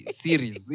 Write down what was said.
series